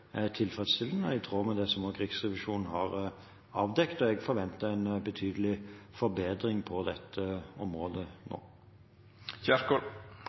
tilfredsstillende, i tråd med det som Riksrevisjonen har avdekket, og jeg forventer en betydelig forbedring på dette området nå.